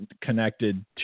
connected